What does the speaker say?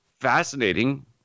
fascinating